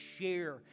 share